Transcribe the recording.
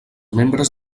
membres